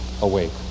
awake